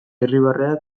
irribarrea